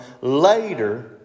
later